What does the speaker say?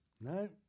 No